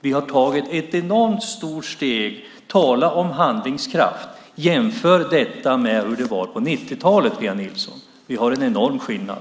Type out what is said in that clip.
Vi har tagit ett enormt stort steg, så tala om handlingskraft och jämför med hur det var på 1990-talet, Pia Nilsson! Det är enorm skillnad.